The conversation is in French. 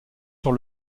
sur